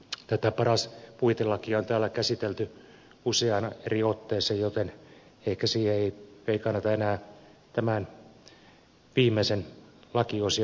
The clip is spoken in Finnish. tätä paras puitelakia on täällä käsitelty useaan eri otteeseen joten ehkä siihen ei kannata enää tämän viimeisen lakiosion osalta mennä